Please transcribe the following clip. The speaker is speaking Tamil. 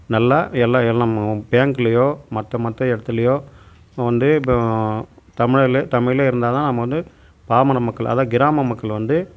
நல்லா எல்லா எல்லாமாகவும் பேங்க்லயோ மற்ற மற்ற இடத்துலயோ வந்து இப்போ தமிழர்லே தமிழ்லே இருந்தால்தான் நம்ம வந்து பாமர மக்கள் அதான் கிராம மக்கள் வந்து